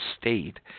state